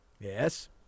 Yes